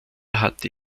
hatte